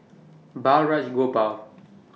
Balraj Gopal